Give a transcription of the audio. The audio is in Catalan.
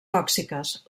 tòxiques